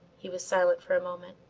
he was silent for a moment.